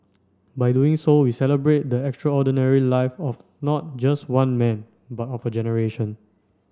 by doing so we celebrate the extraordinary life of not just one man but of a generation